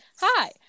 Hi